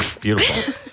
Beautiful